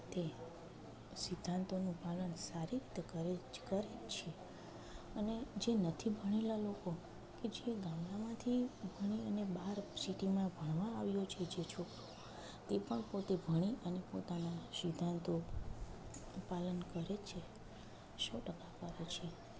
તે સિદ્ધાંતોનું પાલન સારી રીતે કરે કરે છે અને જે નથી ભણેલાં લોકો કે જે ગામડામાંથી ભણી અને બહાર સિટીમાં ભણવા આવ્યો છે જે છોકરો તે પણ પોતે ભણી અને પોતાના સિદ્ધાંતો પાલન કરે છે સો ટકા કરે છે